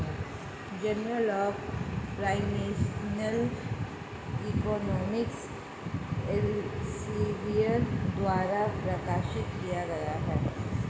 journal of financial economics Elsevier द्वारा प्रकाशित किया गया हैं